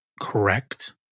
correct